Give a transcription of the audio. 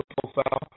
profile